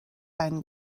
ein